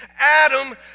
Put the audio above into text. Adam